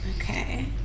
Okay